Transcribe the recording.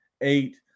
eight